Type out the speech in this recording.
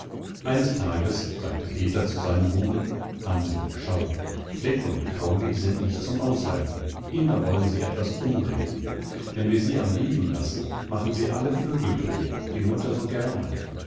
eines tages sagte peter zu seinem buben hansl schau fleck und grauli sind nicht zum aushalten immer wollen sie etwas umbringen wenn wir sie am leben lassen machen sie alle vögel tot die mutter so gern hat